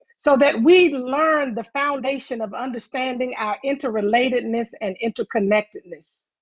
so that we learn the foundation of understanding our interrelatedness and interconnectedness.